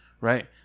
right